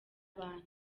banki